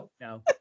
No